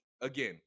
again